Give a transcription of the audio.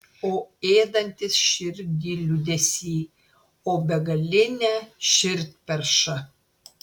o ėdantis širdį liūdesy o begaline širdperša